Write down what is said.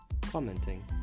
commenting